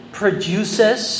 produces